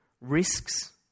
risks